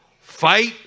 fight